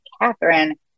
Catherine